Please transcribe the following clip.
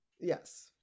Yes